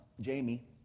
Jamie